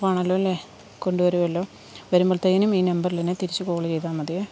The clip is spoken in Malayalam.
ഉറപ്പാണല്ലോ അല്ലേ കൊണ്ടുവരുമല്ലോ വരുമ്പോഴത്തേനും ഈ നമ്പറിലെന്നെ തിരിച്ച് കോള് ചെയ്താല്മതിയേ